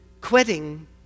quitting